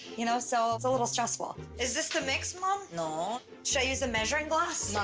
you know? so it's a little stressful. is this the mix, mom? no. should i use the measuring glass?